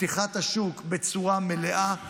פתיחת השוק בצורה מלאה,